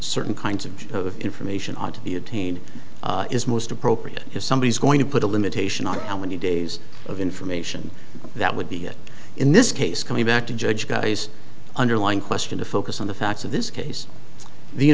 certain kinds of information ought to be attained is most appropriate if somebody is going to put a limitation on how many days of information that would be in this case coming back to judge guy's underlying question to focus on the facts of this case the